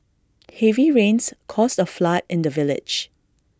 heavy rains caused A flood in the village